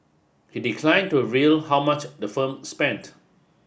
he declined to reveal how much the firm spent